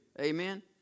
Amen